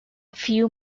few